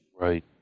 Right